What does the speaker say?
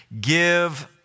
Give